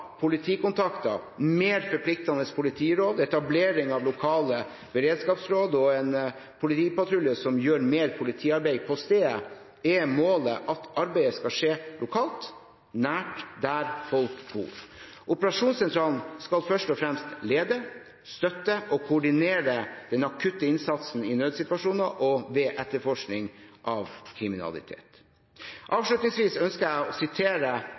politikontakter, mer forpliktende politiråd, etablering av lokale beredskapsråd og en politipatrulje som gjør mer politiarbeid på stedet, er målet at arbeidet skal skje lokalt, nært der folk bor. Operasjonssentralen skal først og fremst lede, støtte og koordinere den akutte innsatsen i nødsituasjoner og ved etterforskning av kriminalitet. Avslutningsvis ønsker jeg å sitere